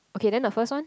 okay then the first one